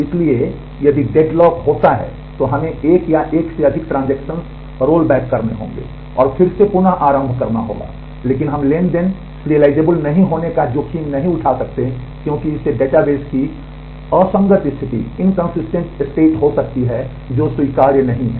इसलिए यदि डेडलॉक हो सकती है जो स्वीकार्य नहीं है